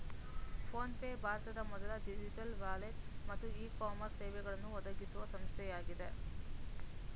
phone pay ಭಾರತದ ಮೊದಲ digital wallet ಮತ್ತು ಇ ಕಾಮರ್ಸ್ ಸೇವೆಗಳನ್ನು ಒದಗಿಸುವ ಸಂಸ್ಥೆಯಾಗಿದೆ